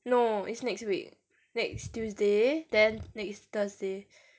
no it's next week next tuesday then next thursday